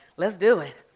let's do it.